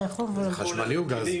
זה חשמלי או גז?